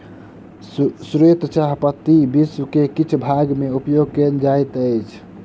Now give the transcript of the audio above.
श्वेत चाह पत्ती विश्व के किछ भाग में उपयोग कयल जाइत अछि